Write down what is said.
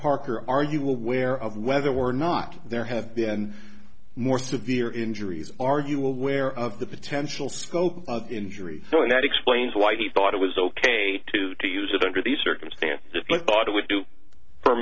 parker are you aware of whether or not there have been more severe injuries are you aware of the potential scope of injury and that explains why he thought it was ok to to use it under the circumstances but thought it would do